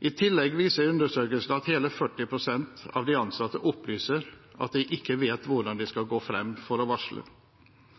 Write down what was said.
I tillegg viser undersøkelsen at hele 40 pst. av de ansatte opplyser at de ikke vet hvordan de skal gå frem for å varsle.